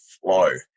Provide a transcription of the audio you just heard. flow